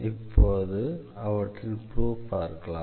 இப்போது அவற்றின் நிரூபணம் பார்க்கலாம்